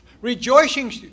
Rejoicing